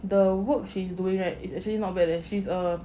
the work she's doing right is actually not bad leh she's a